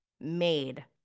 Made